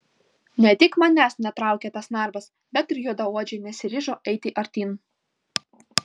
ne tik manęs netraukė tas narvas bet ir juodaodžiai nesiryžo eiti artyn